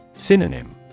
Synonym